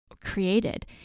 created